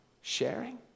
sharing